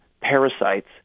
parasites